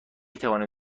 توانیم